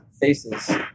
faces